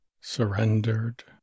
surrendered